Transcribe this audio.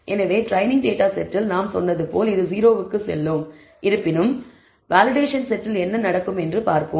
எனவே training data செட்டில் நாம் சொன்னது போல இது 0 க்கு செல்லும் இருப்பினும் வேலிடேஷன் செட்டில் என்ன நடக்கும் என்று பார்ப்போம்